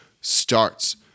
starts